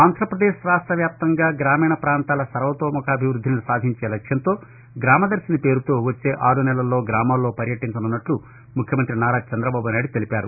ఆంధ్రప్రదేశ్ రాష్ట వ్యాప్తంగా గ్రామీణ పాంతాల సర్వతోముఖాభివృద్దిని సాధించే లక్ష్మంతో గ్రామదర్శిని పేరుతో వచ్చే ఆరు నెలల్లో గ్రామాలలో పర్యటించనున్నట్లు ముఖ్యమంతి నారా చంద్రబాబు నాయుడు తెలిపారు